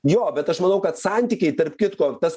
jo bet aš manau kad santykiai tarp kitko tas